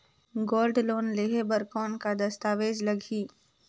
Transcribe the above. Gold loan बर कौन का दस्तावेज लगही?